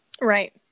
right